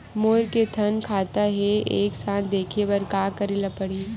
मोर के थन खाता हे एक साथ देखे बार का करेला पढ़ही?